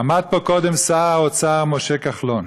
עמד פה קודם שר האוצר משה כחלון